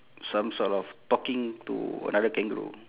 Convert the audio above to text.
some sort of talking to another kangaroo